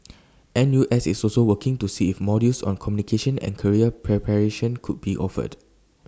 N U S is also working to see if modules on communication and career preparation could be offered